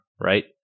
Right